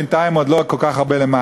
בינתיים עוד לא כל כך במעשה,